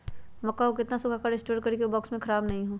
मक्का को कितना सूखा कर स्टोर करें की ओ बॉक्स में ख़राब नहीं हो?